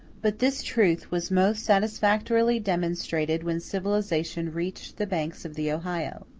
but this truth was most satisfactorily demonstrated when civilization reached the banks of the ohio.